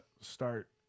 start